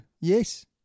Yes